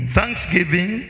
Thanksgiving